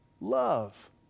love